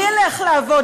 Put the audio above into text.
מי ילך לעבוד?